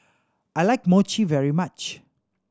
I like Mochi very much